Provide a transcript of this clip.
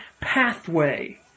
pathway